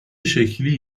شکلی